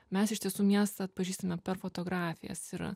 mes iš tiesų miestą atpažįstame per fotografijas ir